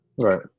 Right